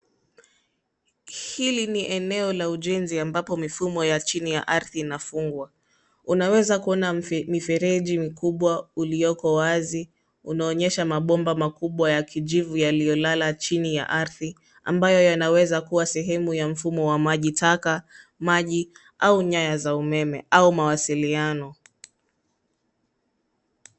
Hili ni eneo la ujenzi ambapo mifumo ya chini ya ardhi inafungwa . Unaweza kuona mifereji mikubwa uliyoko wazi uonyesha mabomba makubwa ya kijivu yaliyo lala chini ya ardhi ambayo yanaweza kuwa sehemu ya mfumo wa maji taka, maji au nyaya za umeme au mawasiliano.